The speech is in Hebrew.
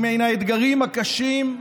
היא מן האתגרים הקשים,